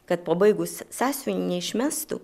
kad pabaigus sąsiuvinį neišmestų